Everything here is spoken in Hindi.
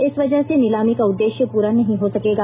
इस वजह से नीलामी का उद्देष्य पूरा नहीं हो सकेगा